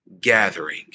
gathering